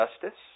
Justice